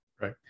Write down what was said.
Right